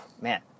man